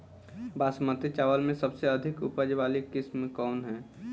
बासमती चावल में सबसे अधिक उपज वाली किस्म कौन है?